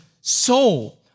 soul